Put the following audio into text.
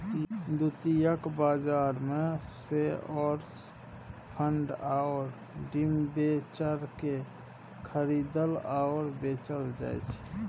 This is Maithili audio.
द्वितीयक बाजारमे शेअर्स बाँड आओर डिबेंचरकेँ खरीदल आओर बेचल जाइत छै